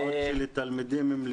מה עם תלמידים עם לקויי למידה?